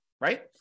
right